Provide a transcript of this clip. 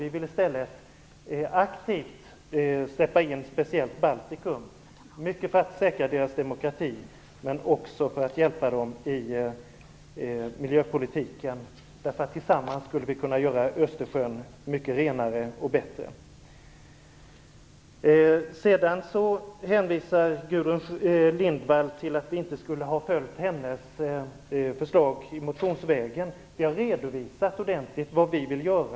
Vi vill aktivt släppa in speciellt Baltikum, mycket för att säkra deras demokrati men också för att hjälpa dem i miljöpolitiken. Tillsammans skulle vi kunna göra Östersjön mycket renare och bättre. Sedan hänvisar Gudrun Lindvall till att vi inte skulle ha följt hennes förslag i en motion. Vi har ordentligt redovisat vad vi vill göra.